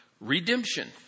Redemption